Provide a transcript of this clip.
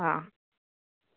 હા